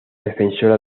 defensora